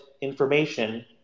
information